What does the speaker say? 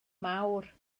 mawr